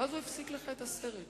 ואז הוא הפסיק לך את הסרט.